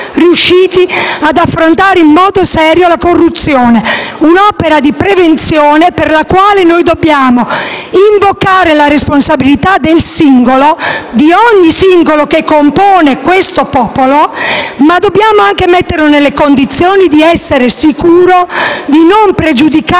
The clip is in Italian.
riusciti ad affrontare in modo serio la corruzione. Si tratta di un'opera di prevenzione per la quale dobbiamo invocare la responsabilità di ogni singolo che compone questo popolo, ma dobbiamo anche metterlo nelle condizioni di essere sicuro di non pregiudicare